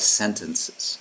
sentences